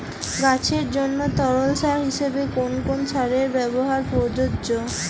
গাছের জন্য তরল সার হিসেবে কোন কোন সারের ব্যাবহার প্রযোজ্য?